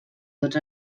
tots